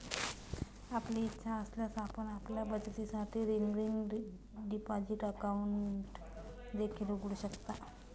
आपली इच्छा असल्यास आपण आपल्या बचतीसाठी रिकरिंग डिपॉझिट अकाउंट देखील उघडू शकता